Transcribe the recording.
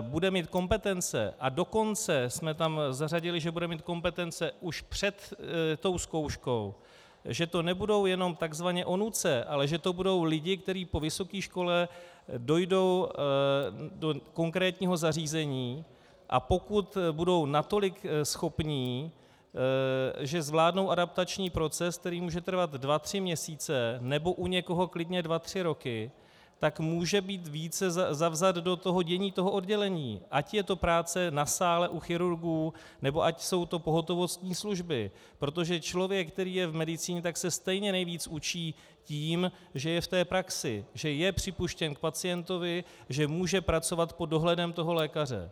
bude mít kompetence, a dokonce jsme tam zařadili, že bude mít kompetence už před tou zkouškou, že to nebudou jenom tzv. onuce, ale že to budou lidé, kteří po vysoké škole dojdou do konkrétního zařízení, a pokud budou natolik schopní, že zvládnou adaptační proces, který může trvat dva tři měsíce nebo u někoho klidně dva tři roky, tak může být více vzat do dění toho oddělení, ať je to práce na sále u chirurgů, nebo ať jsou to pohotovostní služby, protože člověk, který je v medicíně, tak se stejně nejvíc učí tím, že je v praxi, že je připuštěn k pacientovi, že může pracovat pod dohledem lékaře.